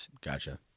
Gotcha